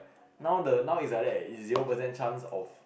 now the now is like that is zero percent chance of